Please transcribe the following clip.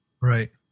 Right